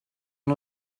nou